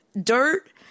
dirt